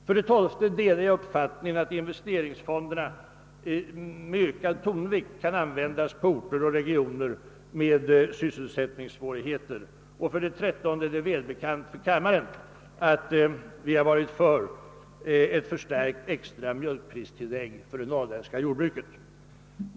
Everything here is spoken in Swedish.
För det tolfte delar jag uppfattningen att investeringsfonderna med ökad ton vikt kan användas på orter och i regioner med sysselsättningssvårigheter. För det trettonde är det välbekant för kammaren att vi varit för ett förstärkt extra mjölkpristillägg åt det norrländska jordbruket.